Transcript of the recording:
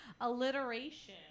Alliteration